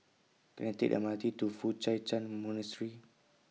Can I Take The M R T to Foo Hai Chan Monastery